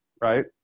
right